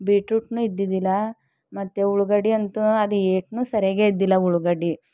ಬೀಟ್ರೂಟ್ನೂ ಇದ್ದಿದ್ದಿಲ್ಲ ಮತ್ತು ಉಳ್ಳಾಗಡ್ಡಿ ಅಂತೂ ಅದು ಏತ್ನೂ ಸರಿಯಾಗೇ ಇದ್ದಿದ್ದಿಲ್ಲ ಉಳ್ಳಾಗಡ್ಡಿ